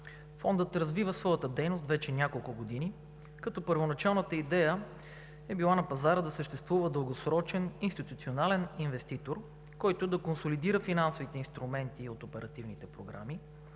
Фондът развива своята дейност вече няколко години, като първоначалната идея е била на пазара да съществува дългосрочен институционален инвеститор, който да консолидира финансовите инструменти от оперативните програми,